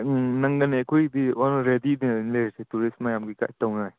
ꯎꯝ ꯅꯪꯅꯅꯦ ꯑꯩꯈꯣꯏꯗꯤ ꯑꯣꯜ ꯔꯦꯗꯤꯗꯅꯤ ꯂꯩꯔꯤꯁꯦ ꯇꯨꯔꯤꯁ ꯃꯌꯥꯝꯒꯤ ꯒꯥꯏꯗ ꯇꯧꯅꯤꯡꯉꯥꯏ